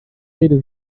rede